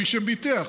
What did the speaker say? למי שביטח,